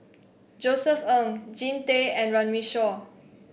Josef Ng Jean Tay and Runme Shaw